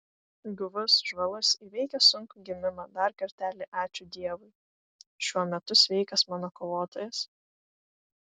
guvus žvalus įveikęs sunkų gimimą dar kartelį ačiū dievui šiuo metu sveikas mano kovotojas